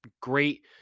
Great